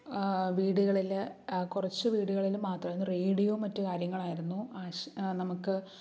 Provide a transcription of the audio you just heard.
വീടുകളില് കുറച്ചു വീടുകളിൽ മാത്രമായിരുന്നു റേഡിയോ മറ്റു കാര്യങ്ങളായിരുന്നു ആഷ് നമുക്ക്